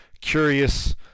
curious